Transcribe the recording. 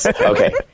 Okay